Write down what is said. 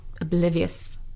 oblivious